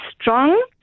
strong